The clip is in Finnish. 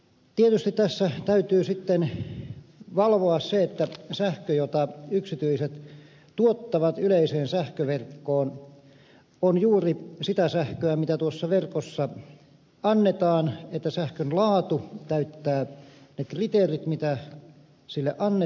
tietysti tässä täytyy sitten valvoa se että sähkö jota yksityiset tuottavat yleiseen sähköverkkoon on juuri sitä sähköä mitä tuossa verkossa annetaan että sähkön laatu täyttää ne kriteerit mitä sille annetaan